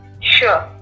Sure